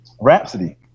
rhapsody